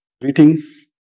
greetings